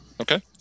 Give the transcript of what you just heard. Okay